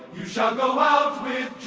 shall go out